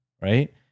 Right